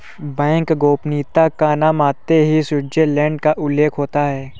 bank गोपनीयता का नाम आते ही स्विटजरलैण्ड का उल्लेख होता हैं